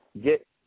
get